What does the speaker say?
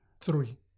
three